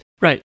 right